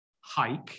hike